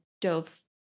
dove